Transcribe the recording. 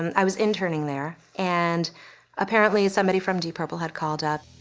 and i was interning there. and apparently somebody from deep purple had called up.